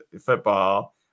football